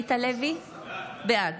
בעד